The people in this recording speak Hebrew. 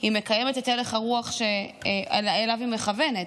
היא מקיימת את הלך הרוח שאליו היא מכוונת.